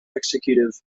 executive